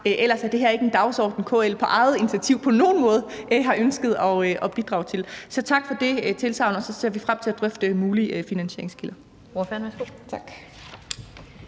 Ellers er det her ikke en dagsorden, KL på nogen måde på eget initiativ har ønsket at bidrage til. Så tak for det tilsagn, og så ser vi frem til at drøfte mulige finansieringskilder.